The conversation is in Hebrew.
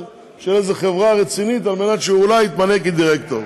של חברה רצינית על מנת שאולי יתמנה לדירקטור.